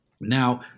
Now